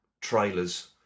trailers